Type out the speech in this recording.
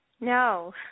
No